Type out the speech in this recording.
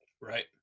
Right